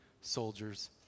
soldiers